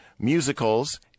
musicals